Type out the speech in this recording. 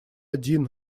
один